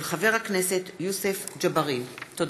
תודה.